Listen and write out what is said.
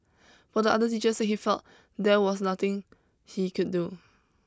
but the others teacher said he felt there was nothing he could do